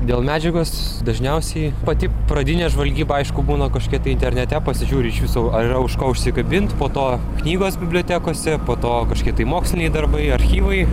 dėl medžiagos dažniausiai pati pradinė žvalgyba aišku būna kažkokia tai internete pasižiūri iš viso ar yra už ko užsikabint po to knygos bibliotekose po to kažkokie tai moksliniai darbai archyvai